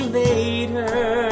later